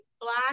black